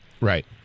Right